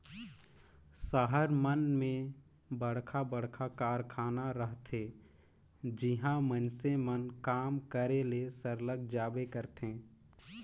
सहर मन में बड़खा बड़खा कारखाना रहथे जिहां मइनसे मन काम करे ले सरलग जाबे करथे